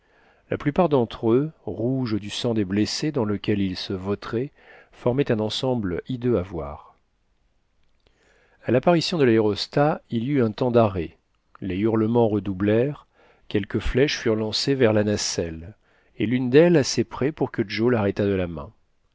la plupart d'entre eux rouges du sang des blessés dans lequel ils se vautraient formaient un ensemble hideux à voir a l'apparition de l'aérostat il y eut un temps d'arrêt les hurlements redoublèrent quelques flèches furent lancées vers la nacelle et l'une d'elles assez près pour que joe l'arrêtât de la main